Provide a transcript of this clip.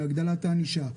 להגדלת הענישה,